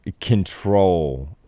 control